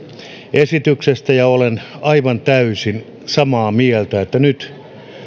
esityksestä ja olen aivan täysin samaa mieltä että